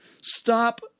Stop